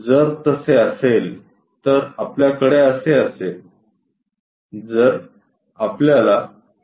जर तसे असेल तर आपल्याकडे असे असेल